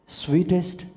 sweetest